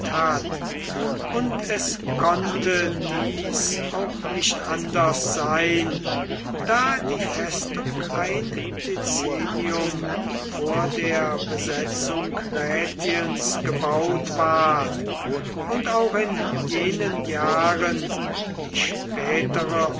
und es konnte dies auch nicht anders sein da die festung ein dezennium vor der besetzung rätiens gebaut ward auch in jenen jahren die spätere